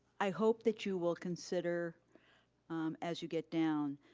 i hope that you will consider as you get down